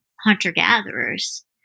hunter-gatherers